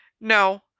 No